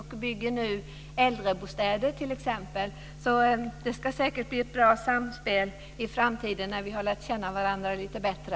Man bygger nu t.ex. äldrebostäder. Det ska säkert bli ett bra samspel i framtiden när vi har lärt känna varandra lite bättre.